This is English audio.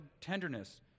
tenderness